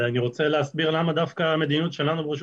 ואני רוצה להסביר למה דווקא המדיניות שלנו ברשות